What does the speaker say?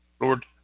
Lord